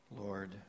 Lord